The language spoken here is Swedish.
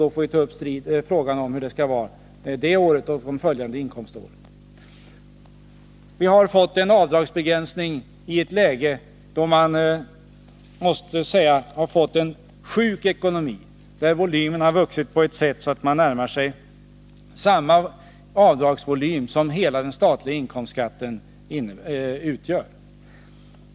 Då får vi ta upp frågan om hur det skyddet skall vara det året och de följande inkomståren. Vi har fått en avdragsbegränsning i ett läge där man — det måste vi erkänna — fått en sjuk ekonomi, där avdragsvolymen vuxit på ett sådant sätt att avdragen närmar sig hela den statliga inkomstskattens volym.